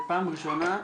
אלו הן קטיגוריות ראשיות,